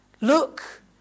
look